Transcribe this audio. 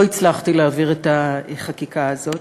לא הצלחתי להעביר את החקיקה הזאת.